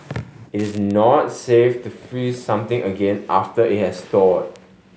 it is not safe to freeze something again after it has thawed